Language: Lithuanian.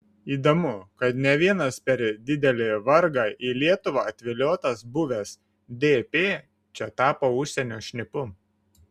įdomu kad ne vienas per didelį vargą į lietuvą atviliotas buvęs dp čia tapo užsienio šnipu